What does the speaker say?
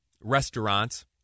restaurants